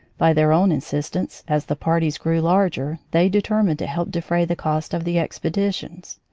by their own insistence, as the parties grew larger, they determined to help defray the cost of the expeditions.